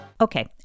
Okay